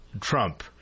Trump